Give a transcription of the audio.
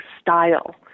style